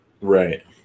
Right